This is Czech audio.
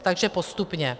Takže postupně.